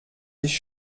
sich